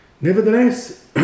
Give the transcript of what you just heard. Nevertheless